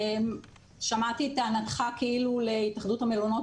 שמעתי את טענתך כאילו להתאחדות המלונות